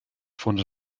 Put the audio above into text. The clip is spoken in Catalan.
fonts